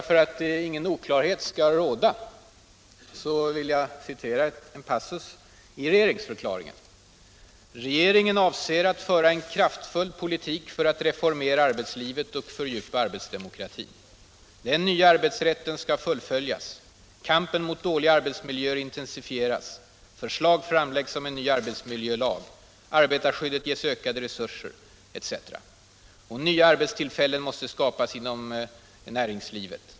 För att ingen oklarhet skall råda vill jag citera en passus i regeringsförklaringen: ”Regeringen avser att föra en kraftfull politik för att reformera arbetslivet och fördjupa arbetsdemokratin. Den nya arbetsrätten skall fullföljas, kampen mot dåliga arbetsmiljöer intensifieras. Förslag framläggs om en ny arbetsmiljölag. Arbetarskyddet ges ökade resurser”, etc. ”Nya arbetstillfällen måste skapas inom näringslivet.